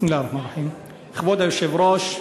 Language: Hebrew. כבוד היושב-ראש,